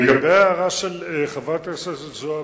לגבי ההערה של חברת הכנסת זועבי,